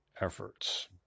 efforts